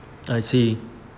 I see